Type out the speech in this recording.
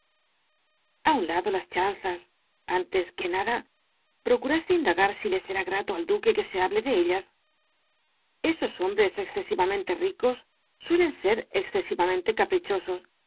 a u n lado las chanzas antes que nada procuraste indagar si le será grato al duque que se hable de ellas esos hombres excesivamente ricos suelen ser excesivamente caprichosos y